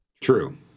True